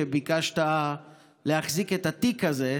שביקשת להחזיק את התיק הזה,